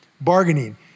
bargaining